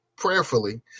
Prayerfully